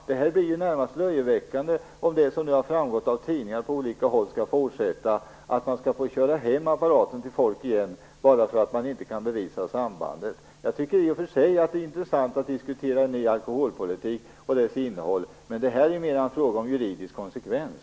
Det blir närmast löjeväckande om det är så som det har framgått av olika tidningar, att polisen måste köra hem apparaten igen till hembrännaren bara för att man inte kan bevisa något samband. Det är i och för sig intressant att diskutera en ny alkoholpolitik och dess innehåll. Men detta är mera en fråga om juridisk konsekvens.